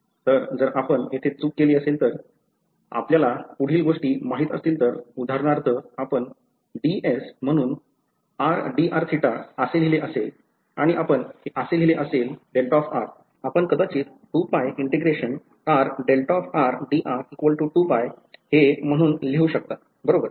तर जर आपण येथे चूक केली असेल तर जर आपल्याला पुढील गोष्टी माहित असतील तर उदाहरणार्थ आपण डीएस म्हणून लिहिले असेल आणि आपण हे असे लिहिले असेल आपण कदाचित हे म्हणून लिहू शकता बरोबर